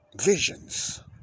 visions